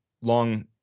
Long